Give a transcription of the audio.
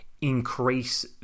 increase